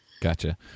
Gotcha